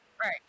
right